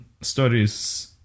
studies